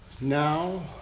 Now